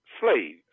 slaves